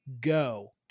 go